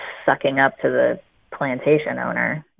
sucking up to the plantation owner?